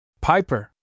Piper